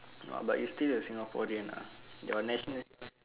no but you still a singaporean ah your national